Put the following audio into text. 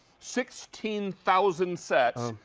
sixteen thousand sets,